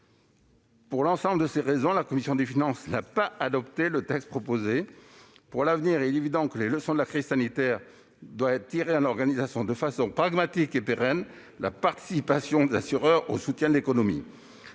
Pour l'ensemble de ces raisons, la commission des finances n'a pas adopté le texte proposé. Pour l'avenir, il est évident que nous devons tirer les leçons de la crise sanitaire en organisant de façon pragmatique et pérenne la participation des assureurs au soutien de l'économie.